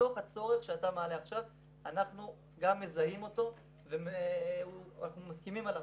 מתוך הצורך שאתה מעלה עכשיו; אנחנו גם מזהים אותו ואנחנו מסכימים עליו.